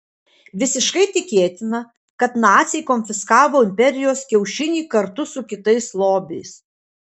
visiškai tikėtina kad naciai konfiskavo imperijos kiaušinį kartu su kitais lobiais